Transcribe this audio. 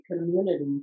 community